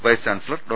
vice chancellor Dr